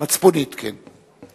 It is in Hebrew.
מצפונית, כן.